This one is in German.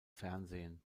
fernsehen